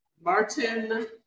Martin